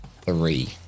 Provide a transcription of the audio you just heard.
Three